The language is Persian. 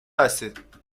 هستید